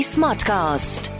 Smartcast